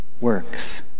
works